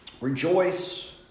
Rejoice